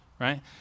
right